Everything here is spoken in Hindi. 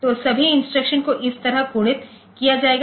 तो सभी इंस्ट्रक्शन को इस तरह कोडित किया जाएगा